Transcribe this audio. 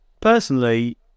Personally